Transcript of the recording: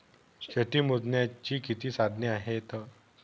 शेती मोजण्याची किती साधने आहेत?